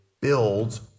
builds